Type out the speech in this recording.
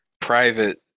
private